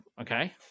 okay